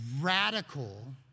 radical